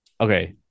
Okay